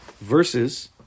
versus